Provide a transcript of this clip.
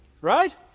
Right